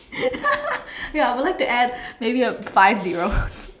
ya I would like to add maybe a five zero